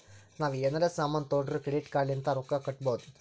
ನಾವ್ ಎನಾರೇ ಸಾಮಾನ್ ತೊಂಡುರ್ ಕ್ರೆಡಿಟ್ ಕಾರ್ಡ್ ಲಿಂತ್ ರೊಕ್ಕಾ ಕಟ್ಟಬೋದ್